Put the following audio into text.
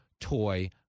toy